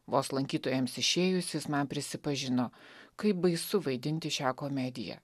vos lankytojams išėjus jis man prisipažino kaip baisu vaidinti šią komediją